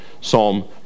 Psalm